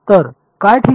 तर काय ठीक आहे